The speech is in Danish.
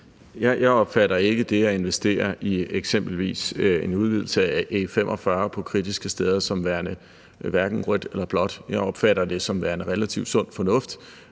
Jeg opfatter ikke det at investere i eksempelvis en udvidelse af E45 på kritiske steder som værende hverken rødt eller blåt. Jeg opfatter det som værende relativt sund fornuft,